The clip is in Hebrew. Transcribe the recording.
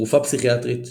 תרופה פסיכיאטרית